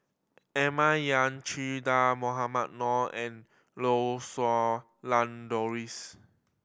Emma Yong Che Dah Mohamed Noor and Lau Siew Lang Doris